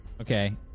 Okay